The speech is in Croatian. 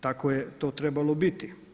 Tako je to trebalo biti.